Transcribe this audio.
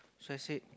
so I said